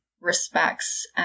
respects